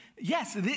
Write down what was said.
yes